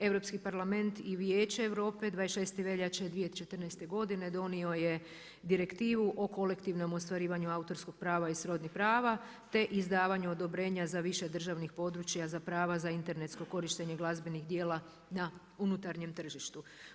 Europski parlament i Vijeće Europe 26. veljače 2014. godine donio je direktivu o kolektivnom ostvarivanju autorskog prava i srodnih prava te izdavanju odobrenja za više državnih područja za prava za internetsko korištenje glazbenih djela na unutarnjem tržištu.